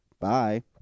bye